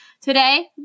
Today